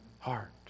heart